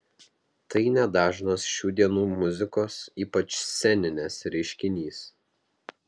tai nedažnas šių dienų muzikos ypač sceninės reiškinys